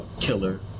killer